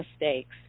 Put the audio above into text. mistakes